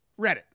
Reddit